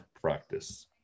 practice